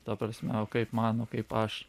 ta prasme o kaip man o kaip aš